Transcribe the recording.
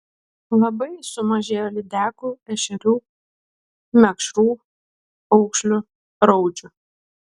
labai sumažėjo lydekų ešerių mekšrų aukšlių raudžių